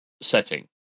setting